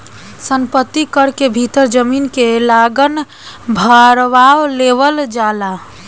संपत्ति कर के भीतर जमीन के लागान भारवा लेवल जाला